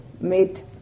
made